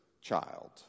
child